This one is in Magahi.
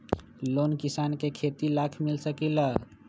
लोन किसान के खेती लाख मिल सकील?